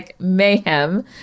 mayhem